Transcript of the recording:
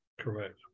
correct